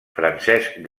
francesc